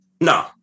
No